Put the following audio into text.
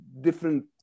different